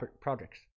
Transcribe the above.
projects